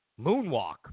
Moonwalk